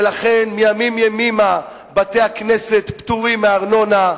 ולכן מימים ימימה בתי-הכנסת פטורים מארנונה,